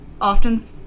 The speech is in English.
often